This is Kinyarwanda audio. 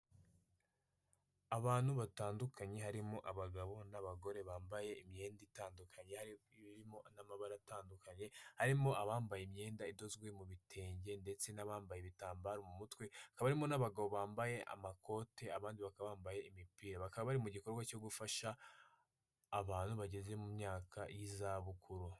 Abantu batandukanye, harimo abagabo n'abagore bambaye imyenda itandukanye, irimo n'amabara atandukanye, harimo abambaye imyenda idozwe mu bitenge ndetse n'abambaye ibitambaro mu mutwe, hakaba harimo n'abagabo bambaye amakote, abandi bakaba bambaye imipira. Bakaba bari mu gikorwa cyo gufasha abantu bageze mu myaka y'izabukuru.